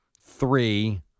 three